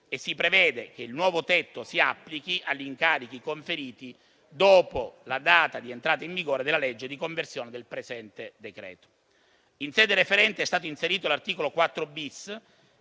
e si prevede che il nuovo tetto si applichi agli incarichi conferiti dopo la data di entrata in vigore della legge di conversione del presente decreto. In sede referente è stato inserito l'articolo 4-*bis*,